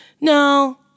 no